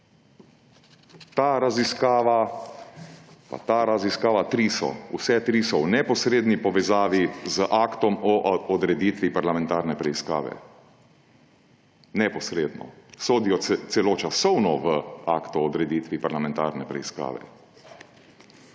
Ta raziskava, pa ta raziskava, tri so, vse tri so v neposredni povezavi z aktom o odreditvi parlamentarne preiskave, neposredno, sodijo celo časovno v akt o odreditvi parlamentarne preiskave.